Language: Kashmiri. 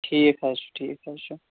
ٹھیٖک حظ چھُ ٹھیٖک حظ چھُ